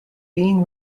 being